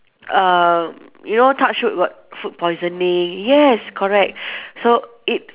um you know touch wood got food poisoning yes correct so it